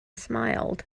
smiled